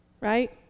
Right